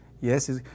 Yes